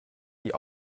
die